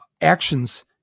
actions